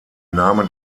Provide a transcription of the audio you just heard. name